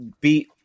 beat